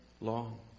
long